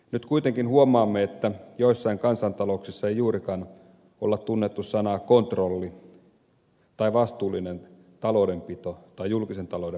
nyt kuitenkin huomaamme että joissain kansaintalouksissa ei juurikaan ole tunnettu sanoja kontrolli tai vastuullinen taloudenpito tai julkisen talouden menokuri